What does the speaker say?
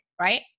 Right